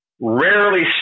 rarely